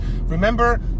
Remember